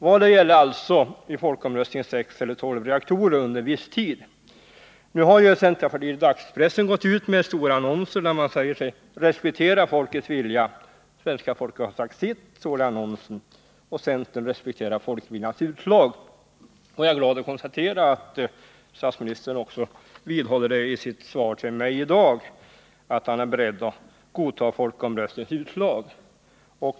Valet i folkomröstningen gällde alltså sex eller tolv reaktorer under viss tid. Nu har centerpartiet i dagspressen gått ut med stora annonser i vilka man säger sig respektera folkets vilja. Svenska folket har sagt sitt, och centern respekterar folkviljans utslag, står det i annonsen. Och jag är glad över att kunna konstatera att statsministern i sitt svar till mig i dag vidhåller att han är beredd att godta folkomröstningens utslag.